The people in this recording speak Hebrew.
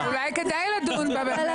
אולי כדאי לדון בה, באמת.